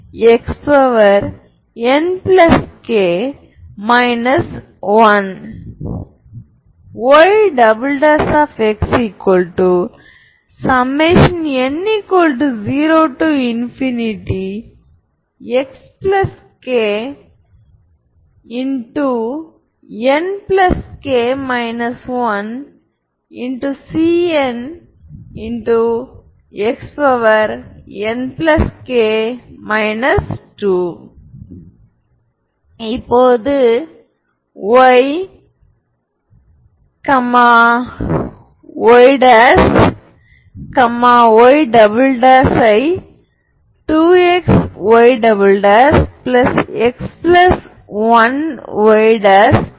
எனவே v ன் real part v1 மற்றும் இமாஜினரி பார்ட் v2 எனவே v1 மற்றும் v2 ஆனது λ உடன் தொடர்புடைய ஐகென் வெக்டார்களாகும் v1 மற்றும் v2 ரியல் என்ட்ரிகளை கொண்டுள்ளது எனவே இவை அனைத்தும் ரியல் ஐகென் வெக்டர்ஸ் அல்லது ஐகென் வேல்யூஸ் ஆகும்